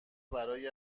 برای